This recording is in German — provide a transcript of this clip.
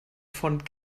von